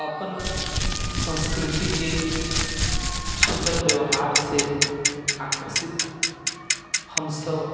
अपन संस्कृतिके सुन्दर व्यवहारसँ आकर्षित हमसभ